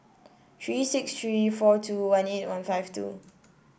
three six three four two one eight one five two